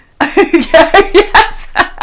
yes